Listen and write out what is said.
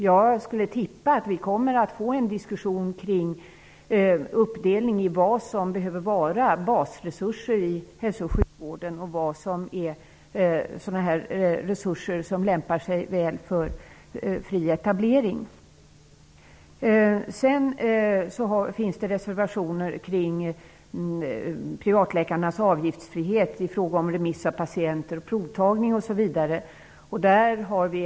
Jag skulle tippa att vi får en diskussion kring uppdelningen: vad som behöver vara basresurser i hälso och sjukvården och vad som lämpar sig väl för fri etablering. Det finns också reservationer som gäller privatläkarnas avgiftsfrihet i fråga om remiss av patienter, provtagning, osv.